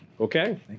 Okay